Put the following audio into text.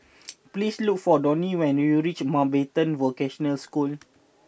please look for Donny when you reach Mountbatten Vocational School